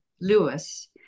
Lewis